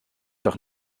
doch